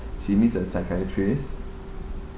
she meets a psychiatrist